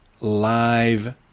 live